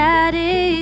Daddy